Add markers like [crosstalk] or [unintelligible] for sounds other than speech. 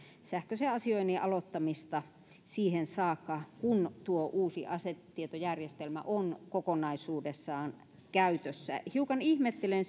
sähköisen asioinnin aloittamista siihen saakka kun uusi asetietojärjestelmä on kokonaisuudessaan käytössä hiukan ihmettelen [unintelligible]